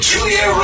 Julia